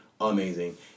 amazing